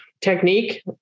technique